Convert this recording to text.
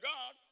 God